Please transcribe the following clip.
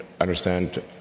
understand